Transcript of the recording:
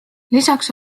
lisaks